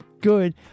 good